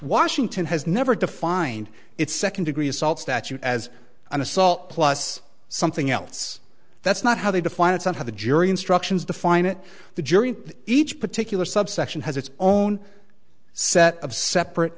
washington has never defined its second degree assault statute as an assault plus something else that's not how they define it somehow the jury instructions define it the jury each particular subsection has its own set of separate